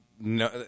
no